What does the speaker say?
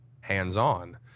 hands-on